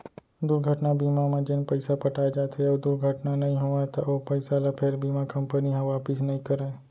दुरघटना बीमा म जेन पइसा पटाए जाथे अउ दुरघटना नइ होवय त ओ पइसा ल फेर बीमा कंपनी ह वापिस नइ करय